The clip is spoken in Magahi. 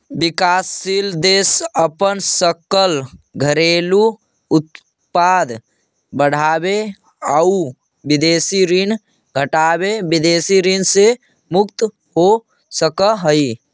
विकासशील देश अपन सकल घरेलू उत्पाद बढ़ाके आउ विदेशी ऋण घटाके विदेशी ऋण से मुक्त हो सकऽ हइ